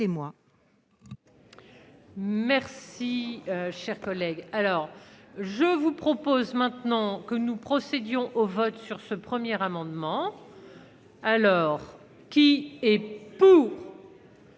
Merci, cher collègue, alors je vous propose maintenant que nous procédions au vote sur ce premier amendement alors. Qui est pour.